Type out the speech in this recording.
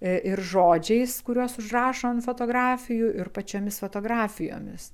ir žodžiais kuriuos užrašo ant fotografijų ir pačiomis fotografijomis